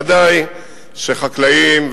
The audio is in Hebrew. ודאי שחקלאים,